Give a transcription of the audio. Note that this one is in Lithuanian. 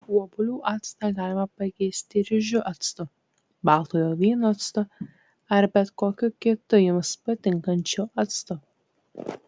obuolių actą galima pakeisti ryžių actu baltojo vyno actu ar bet kokiu kitu jums patinkančiu actu